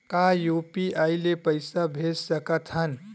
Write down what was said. का यू.पी.आई ले पईसा भेज सकत हन?